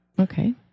Okay